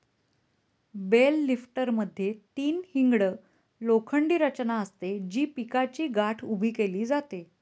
bell लिफ्टरमध्ये तीन hinged लोखंडी रचना असते, जी पिकाची गाठ उभी केली जाते